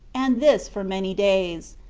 and this for many days.